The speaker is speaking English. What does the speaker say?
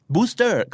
Booster